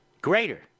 Greater